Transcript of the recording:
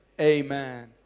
Amen